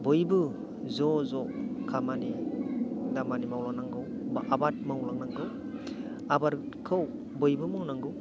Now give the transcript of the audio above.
बयबो ज'ज' खामानि दामानि मावलांनांगौ बा आबाद मावलांनांगौ आबादखौ बयबो मावनांगौ